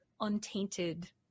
untainted